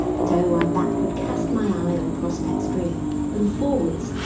but oh i backward cast my eye on prospects drear and forwards,